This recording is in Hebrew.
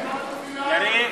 נסים, לא להכליל.